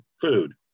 food